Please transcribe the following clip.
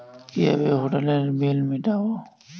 কিভাবে হোটেলের বিল মিটাব?